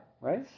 right